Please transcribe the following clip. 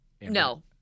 No